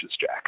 Jack